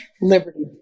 Liberty